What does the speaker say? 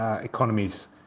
economies